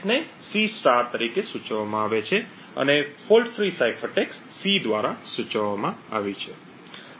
તેથી ખામીયુક્ત સાઇફર ટેક્સ્ટને C તરીકે સૂચવવામાં આવે છે અને fault free cipher text C દ્વારા સૂચવવામાં આવે છે